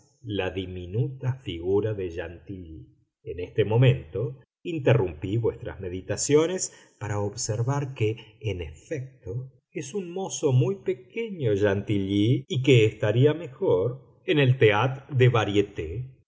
la diminuta figura de chantilly en este momento interrumpí vuestras meditaciones para observar que en efecto es un mozo muy pequeño chantilly y que estaría mejor en el thétre des variétés